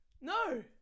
No